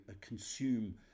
consume